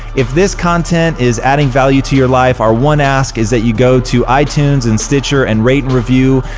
if this content is adding value to your life, our one ask is that you go to itunes and stitcher and rate review.